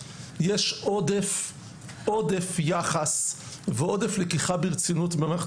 יש עודף יחס ועודף לקיחה ברצינות במערכת